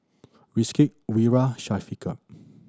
Rizqi Wira Syafiqah